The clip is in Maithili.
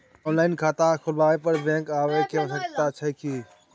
ऑनलाइन खाता खुलवैला पर बैंक आबै के आवश्यकता छै की?